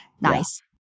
Nice